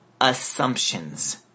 assumptions